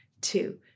two